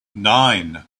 nine